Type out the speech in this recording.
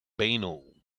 banal